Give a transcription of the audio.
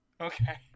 okay